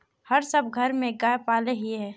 हम सब घर में गाय पाले हिये?